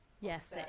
Yes